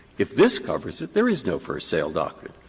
if this covers it, there is no first sale doctrine,